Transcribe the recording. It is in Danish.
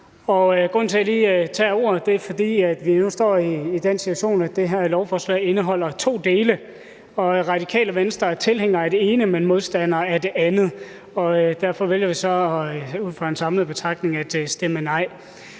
Grunden til, at jeg lige tager ordet, er, at vi nu står i den situation, at det her lovforslag indeholder to dele. Radikale Venstre er tilhængere af det ene, men modstandere af det andet. Derfor vælger vi så ud fra en samlet betragtning at stemme nej.